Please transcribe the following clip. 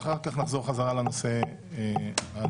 ואחר כך נחזור חזרה לנושא הזה.